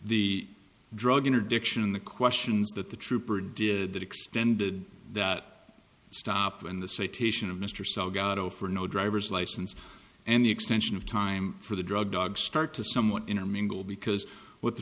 the drug interdiction in the questions that the trooper did that extended that stop and the say taishan of mr salgado for no driver's license and the extension of time for the drug dogs start to somewhat intermingled because what the